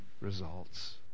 results